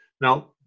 Now